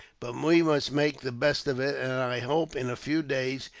but we must make the best of it and i hope, in a few days,